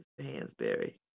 Hansberry